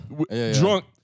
drunk